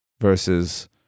versus